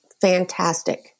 fantastic